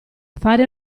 fare